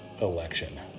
election